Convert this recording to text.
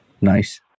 Nice